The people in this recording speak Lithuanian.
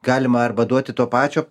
galima arba duoti to pačio